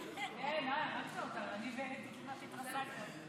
אני מתכבד להודיע כי בהתאם לסעיף 30(ד)